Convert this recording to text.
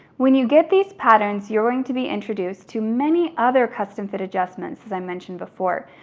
when you get these patterns, you're going to be introduced to many other custom fit adjustments as i mentioned before.